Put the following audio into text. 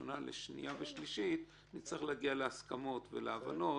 הראשונה לקריאה השנייה והשלישית נצטרך להגיע להסכמות ולהבנות